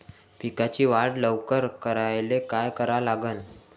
पिकाची वाढ लवकर करायले काय करा लागन?